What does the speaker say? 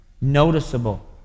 noticeable